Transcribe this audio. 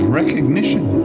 recognition